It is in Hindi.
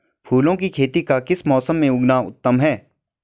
फूलों की खेती का किस मौसम में उगना उत्तम है?